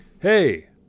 Hey